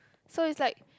so it's like